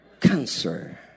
Cancer